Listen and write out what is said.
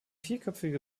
vierköpfige